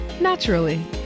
naturally